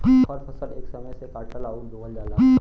हर फसल एक समय से काटल अउर बोवल जाला